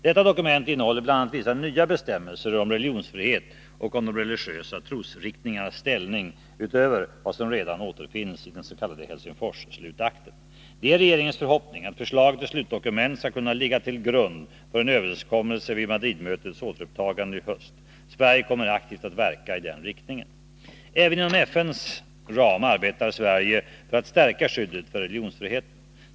Detta dokument innehåller bl.a. vissa nya bestämmelser om religionsfrihet och om de religiösa trosriktningarnas ställning utöver vad som redan återfinnsi dens.k. Helsingforsslutakten. Det är regeringens förhoppning att förslaget till slutdokument skall kunna ligga till grund för en överenskommelse vid Madridmötets återupptagande i höst. Sverige kommer aktivt att verka i den riktningen. Även inom FN:s ram har Sverige aktivt arbetat för att stärka skyddet för religionsfriheten.